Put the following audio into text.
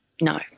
No